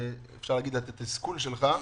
אפשר להגיד את התסכול שלך,